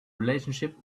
relationship